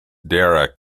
derrick